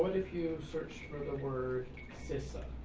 but if you search for the word cissa,